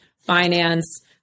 finance